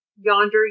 yonder